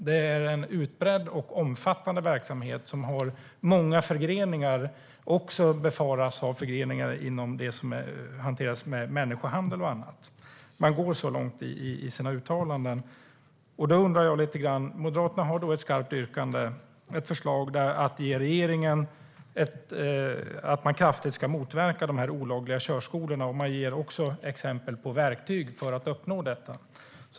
Det är en utbredd och omfattande verksamhet som har många förgreningar, och den befaras också ha förgreningar till människohandel och annat. Man går så långt i sina uttalanden. Moderaterna har ett skarpt yrkande, ett förslag om att kraftigt motverka de olagliga körskolorna, och man ger också exempel på verktyg för att uppnå detta.